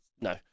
no